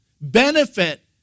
benefit